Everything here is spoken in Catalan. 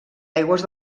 aigües